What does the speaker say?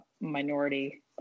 minority